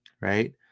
right